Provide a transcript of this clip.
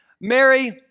Mary